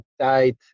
tight